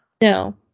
No